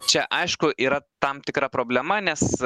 čia aišku yra tam tikra problema nes